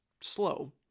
slow